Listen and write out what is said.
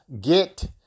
get